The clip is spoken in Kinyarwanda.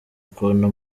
ukuntu